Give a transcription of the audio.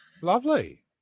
Lovely